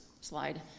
slide